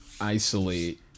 isolate